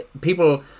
people